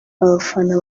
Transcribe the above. abafana